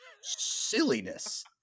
silliness